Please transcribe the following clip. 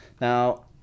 now